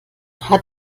hat